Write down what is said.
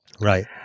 Right